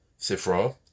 Sifra